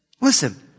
listen